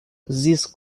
this